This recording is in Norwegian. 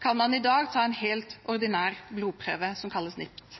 kan man i dag ta en helt ordinær blodprøve som kalles NIPT.